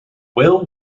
will